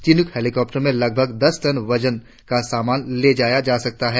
Chinook helicopter में लगभग दस टन वजन का सामान ले जाया जा सकता है